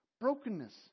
brokenness